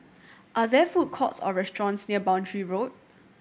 are there food courts or restaurants near Boundary Road